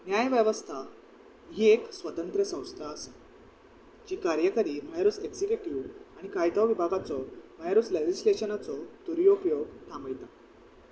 न्याय वेवस्था ही एक स्वतंत्र्य संस्था आसा जी कार्यकरी भायरूच एगक्जिक्युटीव आनी कायदो विभागाचो भायरूच लॅजिस्लेशनाचो दुरुपयोग उपयोग थांबयता